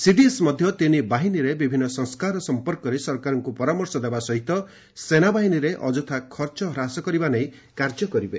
CDS ମଧ୍ୟ ତିନି ବାହିନୀରେ ବିଭିନ୍ନ ସଂସ୍କାର ସମ୍ପର୍କରେ ସରକାରଙ୍କୁ ପରାମର୍ଶ ଦେବା ସହିତ ସେନାବାହିନୀରେ ଅଯଥା ଖର୍ଚ୍ଚ ହ୍ରାସ କରିବା ନେଇ କାର୍ଯ୍ୟ କରିବେ